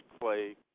play